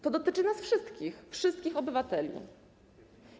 To dotyczy nas wszystkich, wszystkich obywateli.